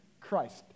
Christ